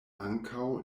ankaŭ